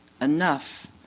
enough